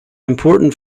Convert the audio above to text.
important